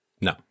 No